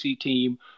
team